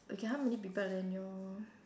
okay how many people are there in your